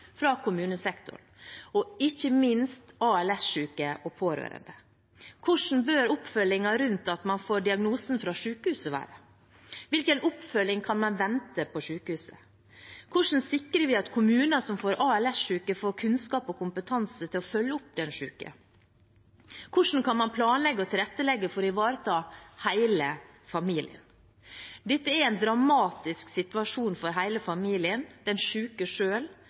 fra kommunesektoren, og ikke minst av ALS-syke og pårørende. Hvordan bør oppfølgingen rundt at man får diagnosen fra sykehuset, være? Hvilken oppfølging kan man vente seg på sykehuset? Hvordan sikrer vi at kommuner som får ALS-syke, får kunnskap og kompetanse til å følge opp den syke? Hvordan kan man planlegge og tilrettelegge for å ivareta hele familien? Dette er en dramatisk situasjon for hele familien, den